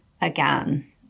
again